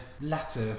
latter